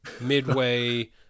midway